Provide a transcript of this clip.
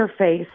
interface